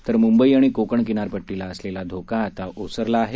तर मुंबई आणि कोकण किनारपट्टीला असलेला धोका आता ओसरला आहे